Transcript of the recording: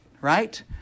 right